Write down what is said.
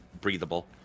breathable